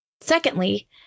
Secondly